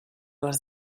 les